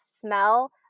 smell